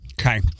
Okay